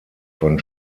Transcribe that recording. von